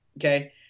okay –